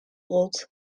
rot